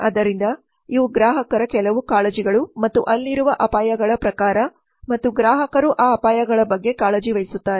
ಆದ್ದರಿಂದ ಇವು ಗ್ರಾಹಕರ ಕೆಲವು ಕಾಳಜಿಗಳು ಮತ್ತು ಅಲ್ಲಿರುವ ಅಪಾಯಗಳ ಪ್ರಕಾರ ಮತ್ತು ಗ್ರಾಹಕರು ಆ ಅಪಾಯಗಳ ಬಗ್ಗೆ ಕಾಳಜಿ ವಹಿಸುತ್ತಾರೆ